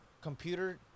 computer